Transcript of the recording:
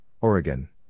Oregon